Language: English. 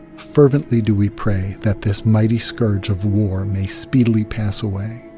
fervently do we pray, that this mighty scourge of war may speedily pass away.